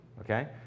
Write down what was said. okay